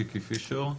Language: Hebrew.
שיקי פישר.